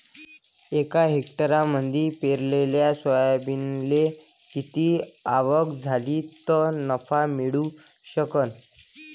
एका हेक्टरमंदी पेरलेल्या सोयाबीनले किती आवक झाली तं नफा मिळू शकन?